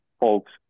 folks